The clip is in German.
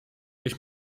ich